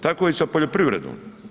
Tako i sa poljoprivredom.